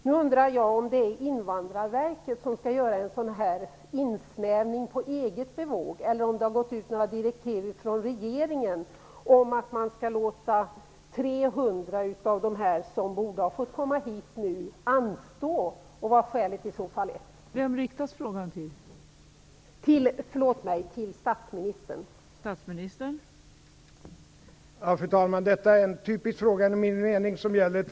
Nu undrar jag om det är Invandrarverket som på eget bevåg skall göra en sådan här insnävning, eller om det har gått ut några direktiv från regeringen om att ansökningarna från 300 av de flyktingar som borde ha fått komma hit skall anstå och vad skälet till detta i så fall är.